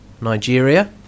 Nigeria